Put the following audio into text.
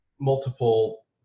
multiple